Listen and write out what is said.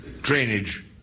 Drainage